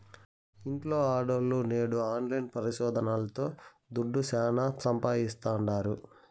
ఇంట్ల ఆడోల్లు నేడు ఆన్లైన్ పరిశోదనల్తో దుడ్డు శానా సంపాయిస్తాండారు